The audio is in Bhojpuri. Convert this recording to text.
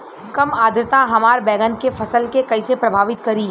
कम आद्रता हमार बैगन के फसल के कइसे प्रभावित करी?